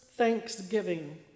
Thanksgiving